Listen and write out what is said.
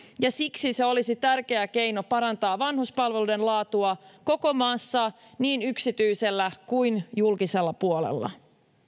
ja siksi se olisi tärkeä keino parantaa vanhuspalveluiden laatua koko maassa niin yksityisellä kuin julkisella puolella